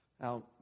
Now